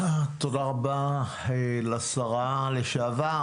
תודה רבה לשרה לשעבר,